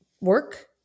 work